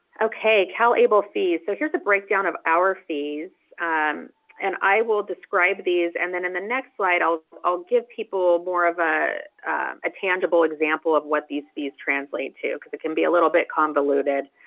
okay calable fees. so here's a breakdown of our fees and i will describe these and then in the next slide i'll i'll give people more of ah a tangible example of what these fees translate to because it can be a little bit convoluted.